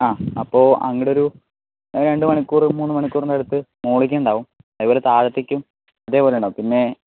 ആ അപ്പോൾ അങ്ങോട്ട് ഒരു രണ്ടു മണിക്കൂറ് മൂന്ന് മണിക്കൂറിന്റെ അടുത്ത് മുകളിലേക്കുണ്ടാവും അതുപോലെ താഴത്തേക്കും ഇതുപോലെയുണ്ടാവും പിന്നെ